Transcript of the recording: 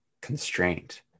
Constraint